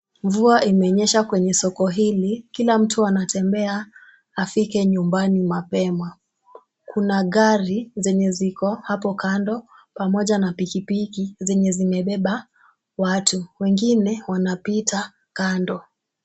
Mvua imenyesha kwenye soko hii, kila mti anatembea afike nyumbani mapema. Kuna gari zenye ziko hapo kando pamoja na pikipiki zenye zimebeba watu, wengine wanapita kando.